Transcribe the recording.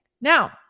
Now